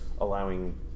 allowing